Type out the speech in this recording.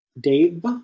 Dave